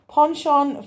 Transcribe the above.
Ponchon